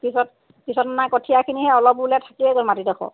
পিছত পিছত অনা কঠীয়াখিনি সেই অলপ ৰুলে থাকিয়ে গ'ল মাটিডোখৰ